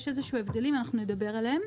יש הבדלים כלשהם ואנחנו נדבר עליהם.